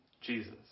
Jesus